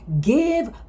give